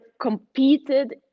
competed